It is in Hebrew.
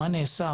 מה נעשה,